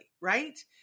right